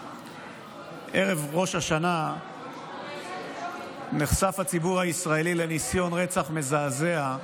ובערב ראש השנה נחשף הציבור הישראלי לניסיון רצח מזעזע,